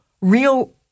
real